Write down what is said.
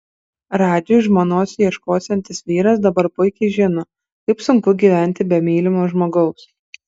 radžiui žmonos ieškosiantis vyras dabar puikiai žino kaip sunku gyventi be mylimo žmogaus